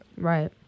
Right